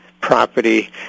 property